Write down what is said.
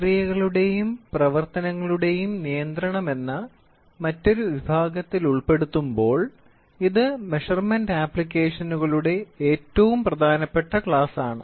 പ്രക്രിയകളുടെയും പ്രവർത്തനങ്ങളുടെയും നിയന്ത്രണം എന്ന മറ്റൊരു വിഭാഗത്തിൽ ഉൾപ്പെടുത്തുമ്പോൾ ഇത് മെഷർമെൻറ് അപ്ലിക്കേഷനുകളുടെ ഏറ്റവും പ്രധാനപ്പെട്ട ക്ലാസാണ്